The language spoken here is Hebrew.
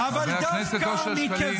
--- חבר הכנסת אושר שקלים.